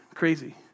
crazy